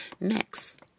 Next